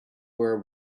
were